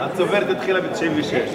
הצוברת התחילה ב-1996.